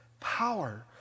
power